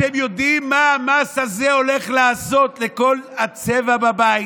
אתם יודעים מה המס הזה הולך לעשות לכל הצבע בבית?